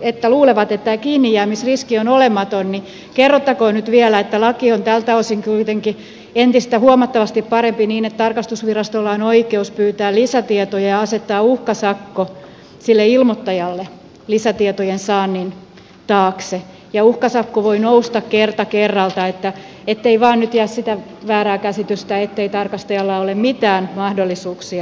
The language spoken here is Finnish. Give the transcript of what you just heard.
että luulevat että kiinnijäämisriski on olematon niin kerrottakoon nyt vielä että laki on tältä osin kuitenkin entistä huomattavasti parempi niin että tarkastusvirastolla on oikeus pyytää lisätietoja ja asettaa uhkasakko sille ilmoittajalle lisätietojen saannin taakse ja uhkasakko voi nousta kerta kerralta ettei vain nyt jää sitä väärää käsitystä ettei tarkastajalla ole mitään mahdollisuuksia